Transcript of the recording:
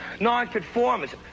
nonconformist